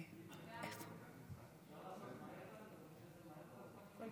ההצעה להעביר את הצעת חוק רישוי שירותים ומקצועות בענף הרכב (תיקון